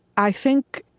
i think,